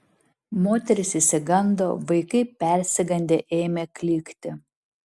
moterys išsigando vaikai persigandę ėmė klykti